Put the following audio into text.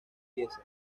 piezas